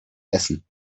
essen